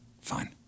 fine